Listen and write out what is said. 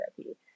therapy